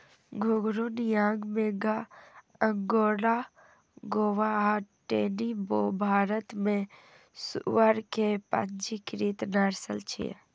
घूंघरू, नियांग मेघा, अगोंडा गोवा आ टेनी वो भारत मे सुअर के पंजीकृत नस्ल छियै